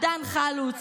דן חלוץ,